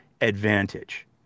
advantage